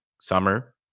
summer